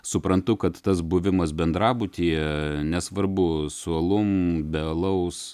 suprantu kad tas buvimas bendrabutyje nesvarbu su alum be alaus